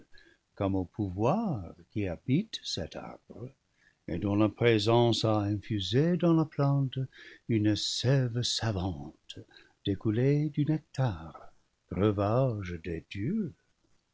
comme au pouvoir qui habite cet arbre et dont la présence a infusé dans la plante une sève savante découlée du nectar breuvage des dieux